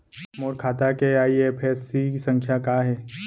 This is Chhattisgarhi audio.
मोर खाता के आई.एफ.एस.सी संख्या का हे?